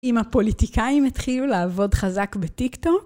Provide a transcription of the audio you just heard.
אם הפוליטיקאים התחילו לעבוד חזק בטיקטוק?